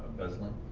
beslan